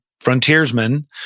frontiersmen